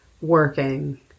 working